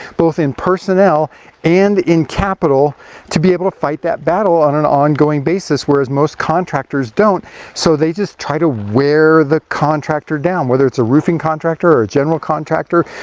both in personnel and in capital to be able to fight that battle on an ongoing basis, whereas, most contractors don't so they just try to wear the contractor down. whether it's a roofing contractor, or a general contractor,